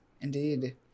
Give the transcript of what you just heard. Indeed